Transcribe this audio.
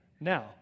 Now